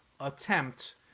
attempt